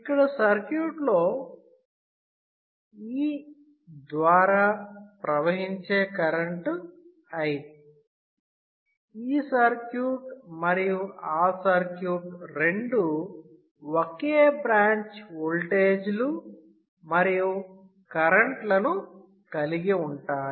ఇక్కడ సర్క్యూట్లో E ద్వారా ప్రవహించే కరెంట్ I ఈ సర్క్యూట్ మరియు ఆ సర్క్యూట్ రెండూ ఒకే బ్రాంచ్ వోల్టేజ్లు మరియు కరెంట్లను కలిగి ఉంటాయి